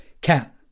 Cat